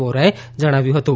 વોરાએ જણાવ્યું હતું